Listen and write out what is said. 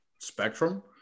spectrum